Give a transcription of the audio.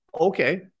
Okay